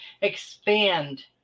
Expand